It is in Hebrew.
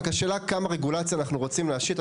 רק השאלה היא: כמה רגולציה אנחנו רוצים להשית?